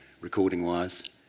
recording-wise